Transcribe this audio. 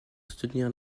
soutenir